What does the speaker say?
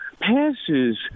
passes